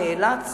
נאלץ